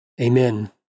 Amen